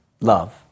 love